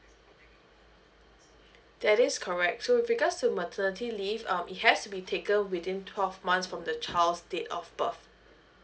that is correct so with regards to maternity leave um it has to be taken within twelve months from the child's date of birth